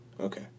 Okay